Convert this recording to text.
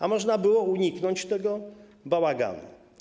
A można było uniknąć tego bałaganu.